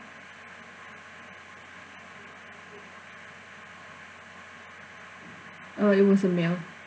uh it was a male